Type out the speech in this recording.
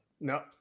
No